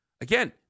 Again